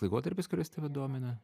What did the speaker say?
laikotarpis kuris tave domina